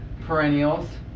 perennials